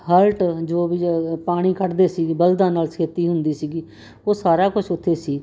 ਹਲਟ ਜੋ ਵੀ ਜ ਪਾਣੀ ਕੱਢਦੇ ਸੀ ਬਲਦਾਂ ਨਾਲ ਖੇਤੀ ਹੁੰਦੀ ਸੀਗੀ ਉਹ ਸਾਰਾ ਕੁਝ ਉੱਥੇ ਸੀ